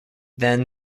then